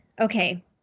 okay